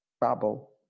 bubble